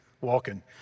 walking